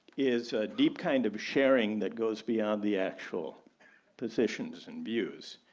is a deep kind of sharing that goes beyond the actual positions and views.